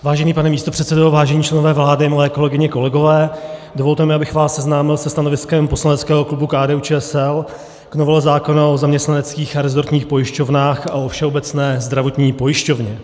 Vážený pane místopředsedo, vážení členové vlády, milé kolegyně, kolegové, dovolte mi, abych vás seznámil se stanoviskem poslaneckého klubu KDUČSL k novele zákona o zaměstnaneckých a resortních pojišťovnách a o Všeobecné zdravotní pojišťovně.